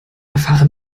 erfahre